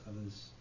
others